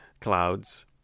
clouds